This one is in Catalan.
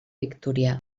victorià